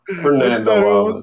Fernando